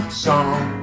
song